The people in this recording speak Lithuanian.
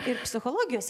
ir psichologijos